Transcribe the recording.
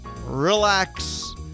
relax